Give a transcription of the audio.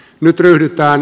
nyt ryhdytään